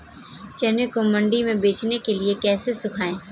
चने को मंडी में बेचने के लिए कैसे सुखाएँ?